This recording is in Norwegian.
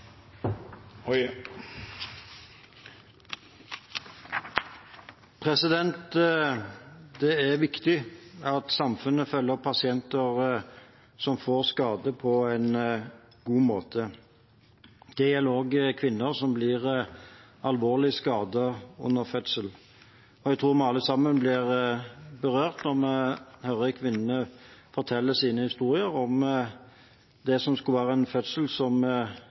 Det er viktig at samfunnet følger opp pasienter som får skade, på en god måte. Det gjelder også kvinner som blir alvorlig skadet under fødsel. Jeg tror vi alle sammen blir berørt når vi hører kvinnene fortelle sine historier om at det som skulle være en fødsel som